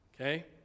Okay